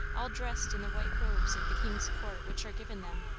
all dressed in the white robes of the king's court which are given them,